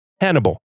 Hannibal